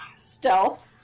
stealth